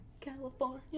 California